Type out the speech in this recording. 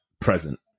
present